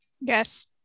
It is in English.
yes